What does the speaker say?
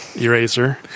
eraser